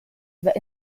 were